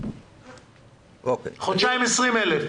בחודשיים 20,000,